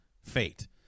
fate